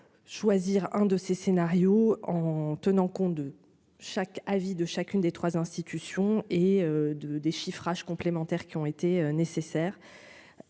choisir un de ces scénarios en tenant compte de chaque avis de chacune des 3 institutions et de déchiffrage complémentaires qui ont été nécessaires,